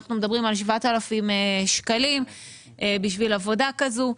כשאנחנו מדברים על 7,000 שקלים בשביל עבודה כזו.